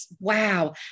wow